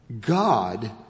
God